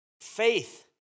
Faith